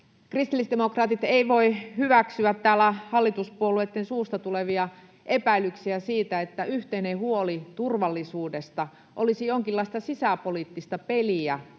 Kristillisdemokraatit ei voi hyväksyä täällä hallituspuolueitten suusta tulevia epäilyksiä siitä, että yhteinen huoli turvallisuudesta olisi jonkinlaista sisäpoliittista peliä